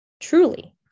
truly